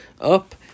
up